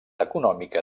econòmica